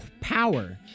power